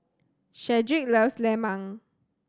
Shedrick loves Lemang